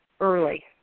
early